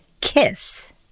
Kiss